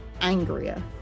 angrier